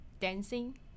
dancing